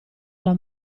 alla